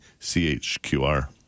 CHQR